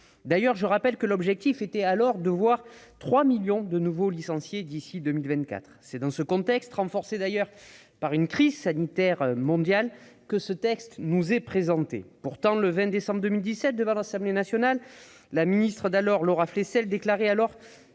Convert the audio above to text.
D'ailleurs, je rappelle que l'objectif était de voir trois millions de licenciés supplémentaires d'ici à 2024. C'est dans ce contexte, renforcé d'ailleurs par un contexte de crise sanitaire mondiale, que ce texte nous est présenté. Pourtant, le 20 décembre 2017, devant l'Assemblée nationale, la ministre des sports d'alors, Laura Flessel, déclarait